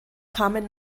kamen